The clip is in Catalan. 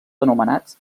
anomenats